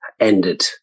ended